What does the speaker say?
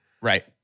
Right